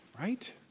right